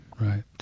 Right